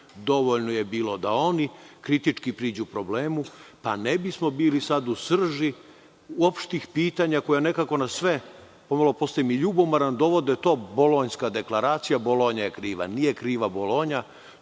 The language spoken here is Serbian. dovoljno je bilo da oni kritički priđu problemu, pa ne bismo bili sad u srži uopštih pitanja koje nekako na sve, pomalo postajem i ljubomoran dovode to Bolonjska dekleracija, Bolonja je kriva. Nije kriva Bolonja,